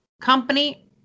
company